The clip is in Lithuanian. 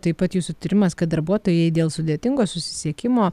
taip pat jūsų tyrimas kad darbuotojai dėl sudėtingo susisiekimo